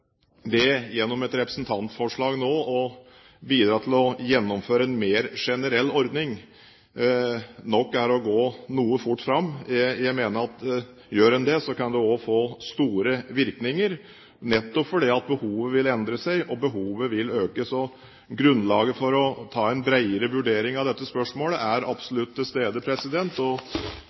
gjennom et representantforslag nå å bidra til å gjennomføre en mer generell ordning nok er å gå noe fort fram. Jeg mener at gjør en det, kan det få store virkninger, nettopp fordi behovet vil endre seg, og behovet vil øke. Grunnlaget for å ta en bredere vurdering av dette spørsmålet er absolutt til stede.